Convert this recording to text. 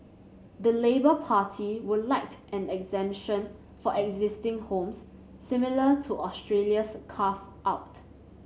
the Labour Party would like an exemption for existing homes similar to Australia's carve out